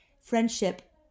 friendship